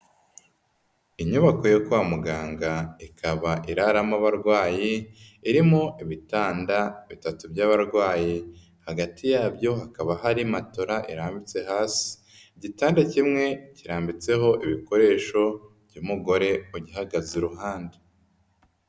Inyubako yo kwa muganga ikaba iraramo abarwayi, irimo ibitanda bitatu by'abarwayi. Hagati yabyo hakaba hari matola irambitse hasi. Igitanda kimwe kirambitseho ibikoresho by'umugore ugihagaze iruhande.